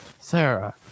Sarah